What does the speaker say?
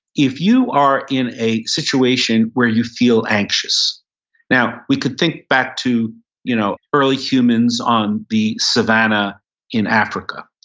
if you are in a situation where you feel anxious now we could think back to you know early humans on the savanna in africa,